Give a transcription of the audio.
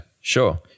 sure